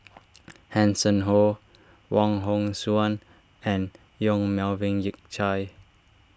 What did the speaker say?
Hanson Ho Wong Hong Suen and Yong Melvin Yik Chye